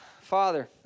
Father